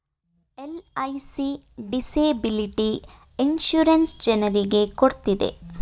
LIC disability insurance ಜನರಿಗೆ ಕೊಡ್ತಿದೆ